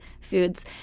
foods